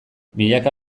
milaka